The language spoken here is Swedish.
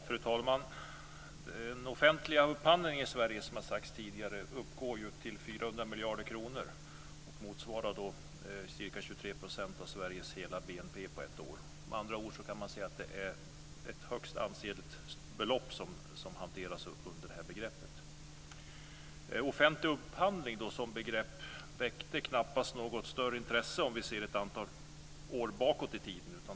Fru talman! Den offentliga upphandlingen i Sverige uppgår, som har sagts tidigare, till 400 miljarder kronor och motsvarar ca 23 % av Sveriges hela BNP på ett år. Med andra ord kan man säga att det är ett ansenligt belopp som hanteras under detta begrepp. Offentlig upphandling som begrepp väckte knappast något större intresse om vi ser ett antal år bakåt i tiden.